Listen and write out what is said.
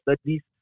studies